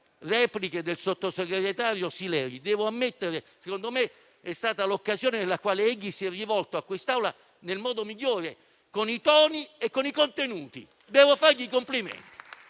repliche del sottosegretario Sileri. Devo ammettere infatti che quella di oggi è stata l'occasione nella quale egli si è rivolto all'Assemblea nel modo migliore, nei toni e nei contenuti. Devo fargli i complimenti.